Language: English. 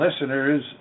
listeners